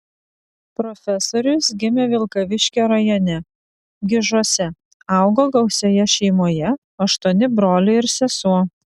profesorius gimė vilkaviškio rajone gižuose augo gausioje šeimoje aštuoni broliai ir sesuo